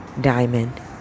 diamond